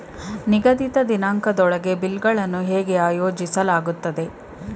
ನಿಗದಿತ ದಿನಾಂಕದೊಳಗೆ ಬಿಲ್ ಗಳನ್ನು ಹೇಗೆ ಆಯೋಜಿಸಲಾಗುತ್ತದೆ?